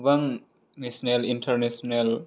गोबां national international